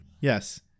Yes